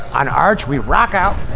on arch, we rock out,